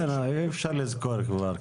כבר אי אפשר לזכור.